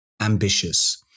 ambitious